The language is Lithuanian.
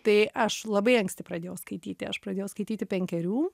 tai aš labai anksti pradėjau skaityti aš pradėjau skaityti penkerių